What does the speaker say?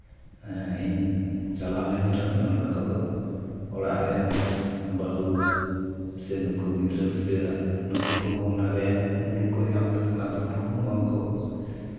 ᱦᱮᱸ ᱤᱧ ᱪᱟᱞᱟᱣ ᱞᱮᱱ ᱨᱮᱦᱚᱸᱧ ᱚᱱᱟ ᱠᱚᱫᱚ ᱚᱲᱟᱜ ᱨᱮᱱ ᱵᱟᱹᱦᱩ ᱥᱮ ᱱᱩᱠᱩ ᱜᱤᱫᱽᱨᱟᱹᱼᱯᱤᱫᱽᱨᱟᱹ ᱩᱱᱠᱩ ᱠᱚᱦᱚᱸ ᱚᱱᱟ ᱨᱮᱭᱟᱜ ᱩᱢᱩᱞ ᱠᱚ ᱧᱟᱢ ᱞᱮᱠᱷᱟᱱ ᱟᱫᱚ ᱩᱱᱠᱩᱦᱚᱸ ᱵᱟᱝ ᱠᱚ